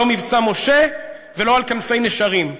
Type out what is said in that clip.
לא "מבצע משה" ולא "על כנפי נשרים",